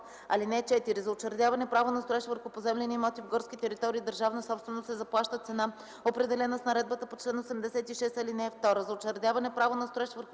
(4) За учредяване право на строеж върху поземлени имоти в горски територии – държавна собственост, се заплаща цена, определена с наредбата по чл. 86, ал. 2.